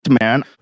Man